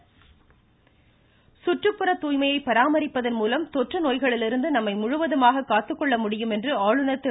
ருருருருரு ஆளுநர் சுற்றுப்புற துாய்மையை பராமரிப்பதன் மூலம் தொற்றுநோய்களிலிருந்து நம்மை முழுவதுமாக காத்துக்கொள்ள முடியும் என்று ஆளுநர் திரு